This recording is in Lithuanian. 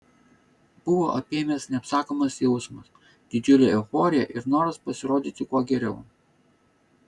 buvo apėmęs neapsakomas jausmas didžiulė euforija ir noras pasirodyti kuo geriau